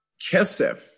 Kesef